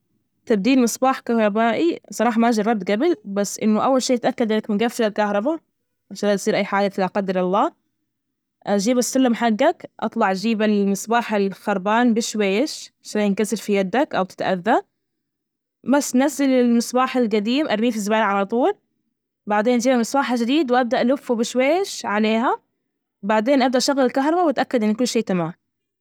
تبديل مصباح كهربائي صراحة ما جربت جبل، بس إنه أول شي تأكد إنك مجفل الكهرباء عشان لا تصير أي حادث لا قدر الله، جيب السلم حجك، أطلع جيب المصباح الخربان بشويش مشان لا ينكسر في يدك أو تتأذى. بس نزل المصباح الجديم أرميه في الزبالة على طول. بعدين جيب المصباح الجديد، وأبدأ ألفه بشويش عليها. بعدين أبدأ أشغل الكهربا وأتأكد إن كل شي تمام.